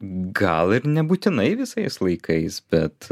gal ir nebūtinai visais laikais bet